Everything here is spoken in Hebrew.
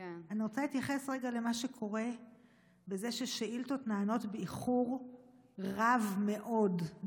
אני רוצה להתייחס רגע למה שקורה בזה ששאילתות נענות באיחור רב מאוד,